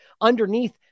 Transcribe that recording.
underneath